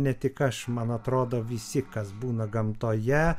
ne tik aš man atrodo visi kas būna gamtoje